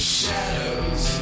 shadows